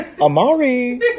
Amari